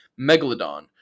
Megalodon